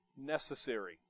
necessary